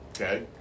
Okay